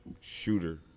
shooter